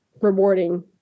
rewarding